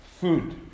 food